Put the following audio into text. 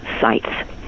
sites